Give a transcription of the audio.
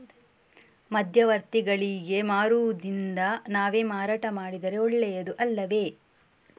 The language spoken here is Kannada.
ಮಧ್ಯವರ್ತಿಗಳಿಗೆ ಮಾರುವುದಿಂದ ನಾವೇ ಮಾರಾಟ ಮಾಡಿದರೆ ಒಳ್ಳೆಯದು ಅಲ್ಲವೇ?